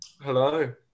Hello